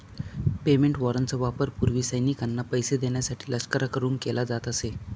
payment वॉरंटचा वापर पूर्वी सैनिकांना पैसे देण्यासाठी लष्कराकडून केला जात असे